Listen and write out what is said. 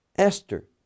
Esther